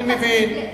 אני מבין,